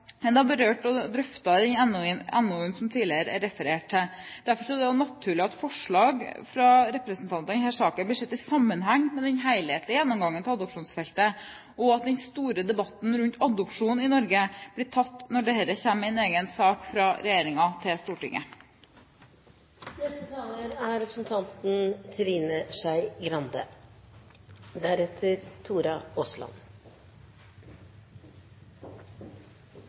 som er berørt og drøftet i den NOU-en som jeg tidligere har referert til. Derfor er det naturlig at representantforslagene i denne saken blir sett i sammenheng med den helhetlige gjennomgangen av adopsjonsfeltet, og at den store debatten rundt adopsjon i Norge blir tatt når dette kommer som en egen sak fra regjeringen til